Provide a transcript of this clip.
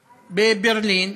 בברלין,